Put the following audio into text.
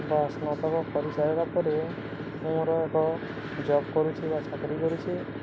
ବା ସ୍ନାତକ କରିସାରିବା ପରେ ମୁଁ ମୋର ଏକ ଜବ୍ କରୁଛି ବା ଚାକିରି କରୁଛି